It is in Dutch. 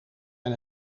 hen